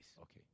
Okay